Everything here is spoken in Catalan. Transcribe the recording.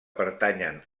pertanyen